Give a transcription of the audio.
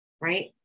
right